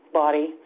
body